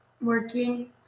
working